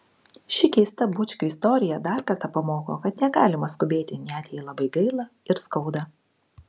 ši keista bučkių istorija dar kartą pamoko kad negalima skubėti net jei labai gaila ir skauda